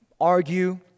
argue